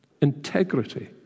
integrity